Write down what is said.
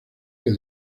que